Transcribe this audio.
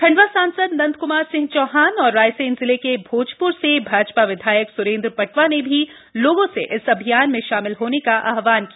खंडवा सांसद नंदक्मार सिंह चौहान और रायसेन जिले के भोजप्र से भाजपा विधायक स्रेंद्र पटवा ने भी लोगों से इस अभियान नें शामिल होने का आहव्हान किया